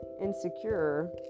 insecure